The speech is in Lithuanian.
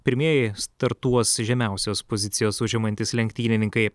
pirmieji startuos žemiausias pozicijas užimantys lenktynininkai